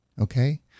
okay